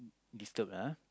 disturb lah uh